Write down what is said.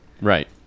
Right